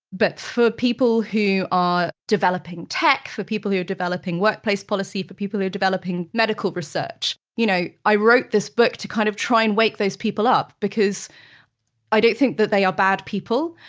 but for people who are developing tech, for people who are developing workplace policy, for people who are developing medical research, you know i wrote this book to kind of try and wake those people up because i don't think that they are bad people.